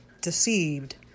deceived